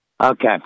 Okay